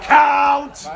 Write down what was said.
count